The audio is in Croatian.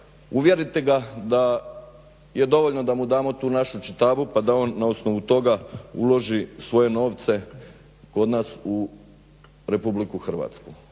uvjeriti ga da je dovoljno da mu damo tu našu čitabu pa da on na osnovu toga uloži svoje novce kod nas u Republiku Hrvatsku.